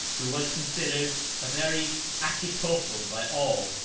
who was considered a very achitophel by all,